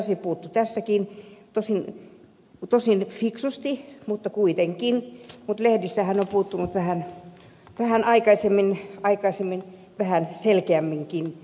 sasi puuttui tässäkin tosin fiksusti mutta kuitenkin mutta lehdissä hän on vähän aikaisemmin puuttunut vähän selkeämminkin